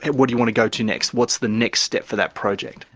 what do you want to go to next, what's the next step for that project?